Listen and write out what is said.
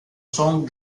son